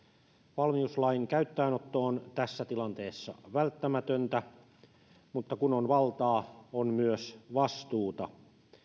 valmiuslain käyttöönotto on tässä tilanteessa välttämätöntä mutta kun on valtaa on myös vastuuta